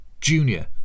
Junior